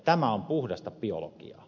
tämä on puhdasta biologiaa